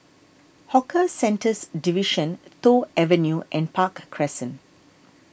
Hawker Centres Division Toh Avenue and Park Crescent